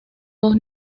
dos